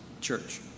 church